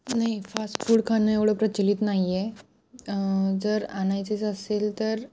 नाही फास्टफूड खाणं एवढं प्रचलित नाही आहे जर आणायचेच असेल तर